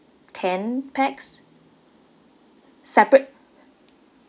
ten pax separate